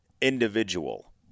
individual